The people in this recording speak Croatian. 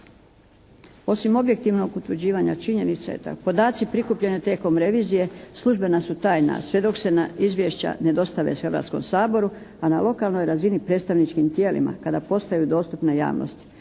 Osim objektivnog utvrđivanja činjenica podaci prikupljeni tijekom revizije službena su tajna sve dok se izvješća ne dostave Hrvatskom saboru, a na lokalnoj razini, predstavničkim tijelima kada postaju dostupna javnosti